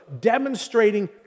demonstrating